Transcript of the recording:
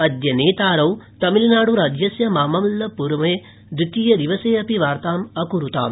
अद्य नेतारौ तमिलनाड्राज्यस्य मामल्लपुरमे द्वितीयदिवसे अपि वार्ताम् अक्रुताम्